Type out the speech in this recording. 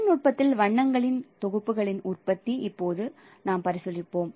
தொழில்நுட்பத்தில் வண்ணங்களின் தொகுப்புகளின் உற்பத்தி இப்போது நாம் பரிசீலிப்போம்